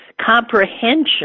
comprehension